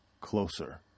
closer